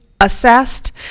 assessed